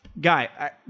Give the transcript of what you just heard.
Guy